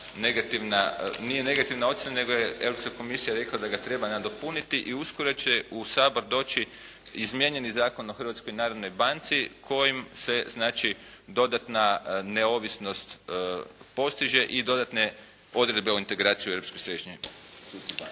nije negativna ocjena nego je Europska komisija rekla da ga treba nadopuniti i uskoro će u Sabor doći izmijenjeni Zakon o Hrvatskoj narodnoj banci kojim se znači dodatna neovisnost postiže i dodatne odredbe o integraciji u …/Govornik